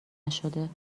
نشده